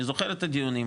אני זוכר את הדיונים,